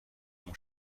mon